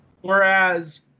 Whereas